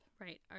right